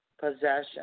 possession